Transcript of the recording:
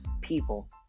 people